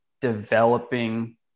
developing